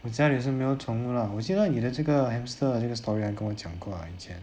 我家里也是没有宠物 lah 我记得你的这个 hamster 的这个 story 你跟我讲过 lah 以前